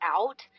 out